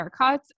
haircuts